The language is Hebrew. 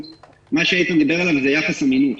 מה שאיתן דיבר עליו זה יחס המינוף.